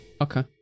okay